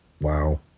Wow